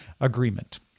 agreement